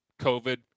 COVID